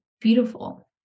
beautiful